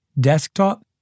desktop